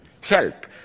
help